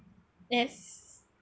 yes